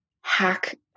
hack